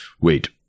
wait